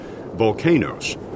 volcanoes